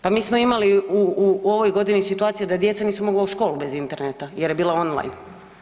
Pa mi smo imali u ovoj godini situacije da djeca nisu mogla u školu bez interneta jer je bila online.